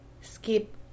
Skip